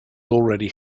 already